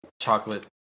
Chocolate